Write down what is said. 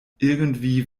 irgendwie